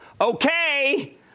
Okay